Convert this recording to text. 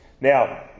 Now